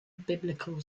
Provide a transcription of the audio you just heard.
biblical